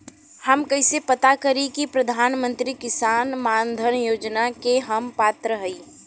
हम कइसे पता करी कि प्रधान मंत्री किसान मानधन योजना के हम पात्र हई?